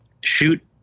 shoot